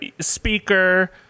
speaker